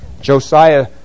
Josiah